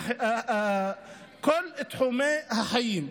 בכל תחומי החיים,